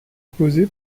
posé